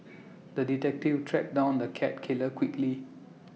the detective tracked down the cat killer quickly